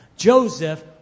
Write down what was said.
Joseph